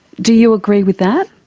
do you agree with that?